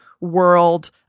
world